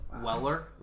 Weller